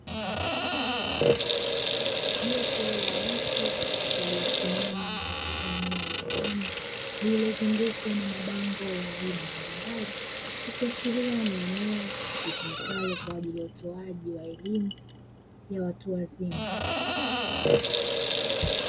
Jopo la watu waliosimama katika eneo la ndani lililozungukwa na mabango ya aina mbalimbali; ikiashiria ni eneo litumikalo kwa ajili ya utoaji wa elimu ya watu wazima.